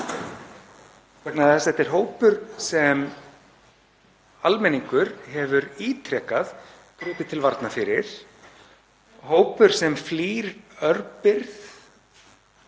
vegna þess að þetta er hópur sem almenningur hefur ítrekað gripið til varna fyrir; hópur sem flýr örbirgð,